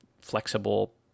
flexible